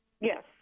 Yes